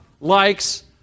likes